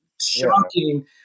shocking